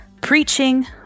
preaching